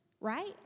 right